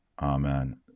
Amen